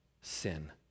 sin